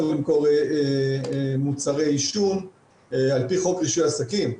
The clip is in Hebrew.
למכור מוצרי עישון על פי חוק רישוי עסקים.